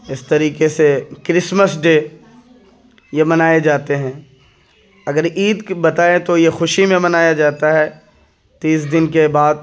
اس طریکے سے Christmas Day یہ منائے جاتے ہیں اگر عید کی بتائیں تو یہ خوشی میں منایا جاتا ہے تیس دن کے بعد